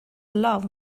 love